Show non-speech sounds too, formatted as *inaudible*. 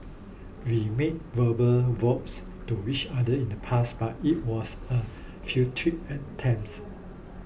we made verbal vows to each other in the past but it was a *unintelligible* attempts